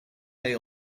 hay